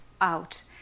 out